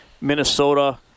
Minnesota